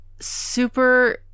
super